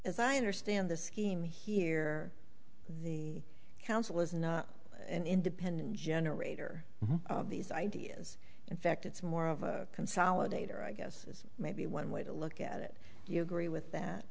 as i understand the scheme here the council is an independent generator of these ideas in fact it's more of a consolidator i guess is maybe one way to look at it you agree with that